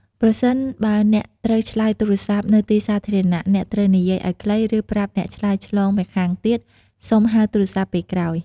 ប្រសិនបើអ្នកត្រូវឆ្លើយទូរស័ព្ទ នៅទីសាធារណៈ អ្នកត្រូវនិយាយឲ្យខ្លី ឬប្រាប់អ្នកឆ្លើយឆ្លងម្ខាងទៀត សុំហៅទូរស័ព្ទពេលក្រោយ។